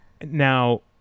Now